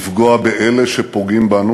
לפגוע באלה שפוגעים בנו.